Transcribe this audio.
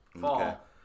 fall